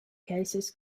cases